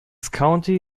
county